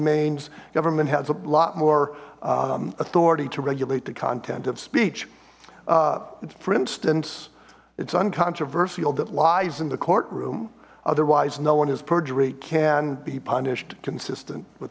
domains government has a lot more authority to regulate the content of speech for instance it son controversial that lies in the courtroom otherwise no one is perjury can be punished consistent with